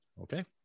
Okay